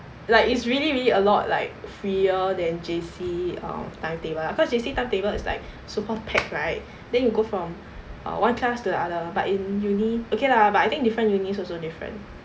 like it's really really a lot like freer than J_C um timetable ah because J_C timetable is like super packed right then you go from uh one class to the other but in uni okay lah but I think different uni also different